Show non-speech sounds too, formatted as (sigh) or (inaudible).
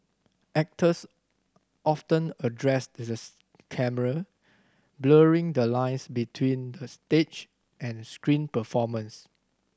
actors often addressed (unintelligible) the camera blurring the lines between stage and screen performance